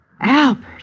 Albert